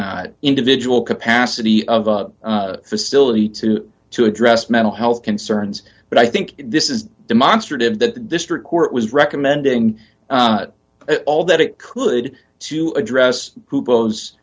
e individual capacity of the facility to to address mental health concerns but i think this is demonstrative that the district court was recommending all that it could to address who goes